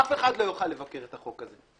אף אחד לא יוכל לבקר את החוק הזה.